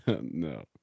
no